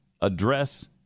address